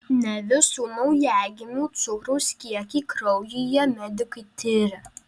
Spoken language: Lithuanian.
ne visų naujagimių cukraus kiekį kraujyje medikai tiria